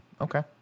okay